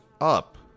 up